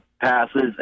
passes